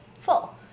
full